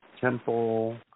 temple